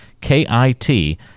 K-I-T